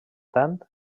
tant